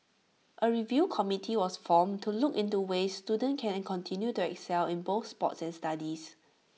A review committee was formed to look into ways students can continue to excel in both sports and studies